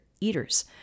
eaters